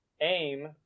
Aim